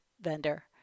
vendor